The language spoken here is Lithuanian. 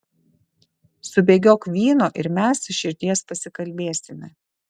subėgiok vyno ir mes iš širdies pasikalbėsime